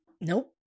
Nope